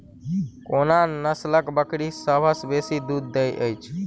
कोन नसलक बकरी सबसँ बेसी दूध देइत अछि?